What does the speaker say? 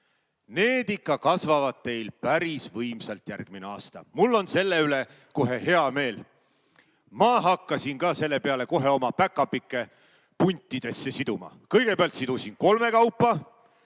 Need ikka kasvavad teil päris võimsalt järgmine aasta. Mul on selle üle hea meel. Ma hakkasin ka selle peale kohe oma päkapikke puntidesse siduma. Kõigepealt sidusin kolmekaupa,